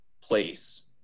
place